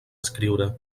escriure